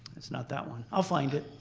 it's not that one. i'll find it.